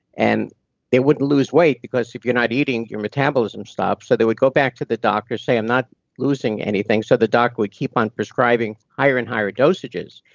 and they wouldn't lose weight because if you're not eating, your metabolism stops. so they would go back to the doctor, say i'm not losing anything. so the doctor would keep on prescribing higher and higher dosages.